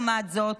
לעומת זאת,